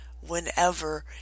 whenever